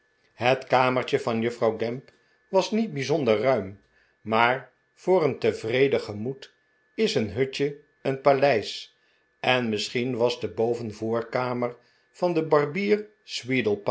het kamertje van juffrouw gamp was niet bijzonder ruim maar voor een tevreden gemoed is een hutje een paleis en misschien was de bovenvoorkamer van den barbier